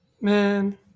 Man